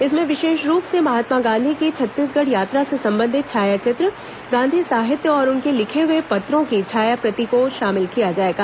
इसमें विशेष रूप से महात्मा गांधी की छत्तीसगढ़ यात्रा से संबंधित छायाचित्र गांधी साहित्य और उनके लिखे हुए पत्रों की छायाप्रति को शामिल किया जाएगा